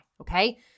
okay